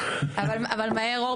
מביא את הפעילות